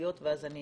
התייחסויות ואז אני